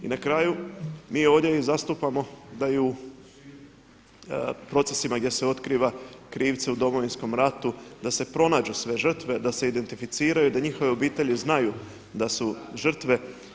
I na kraju mi ovdje zastupamo da i u procesima gdje se otkriva krivce u Domovinskom ratu, da se pronađu sve žrtve, da se identificiraju, da njihove obitelji znaju da su žrtve.